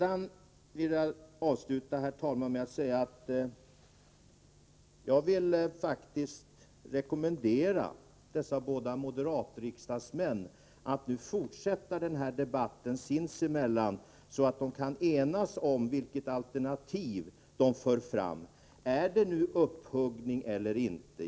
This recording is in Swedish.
Jag vill avsluta, herr talman, med att säga att jag faktiskt vill rekommendera dessa båda moderata riksdagsmän att nu fortsätta debatten sinsemellan, så att de kan enas om vilket alternativ de för fram. Är det upphuggning, eller inte?